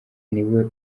niwe